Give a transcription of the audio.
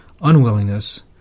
unwillingness